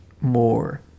more